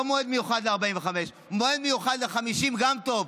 לא מועד מיוחד ל-45, מועד מיוחד ל-50 גם טוב.